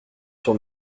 sur